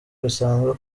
bisanzwe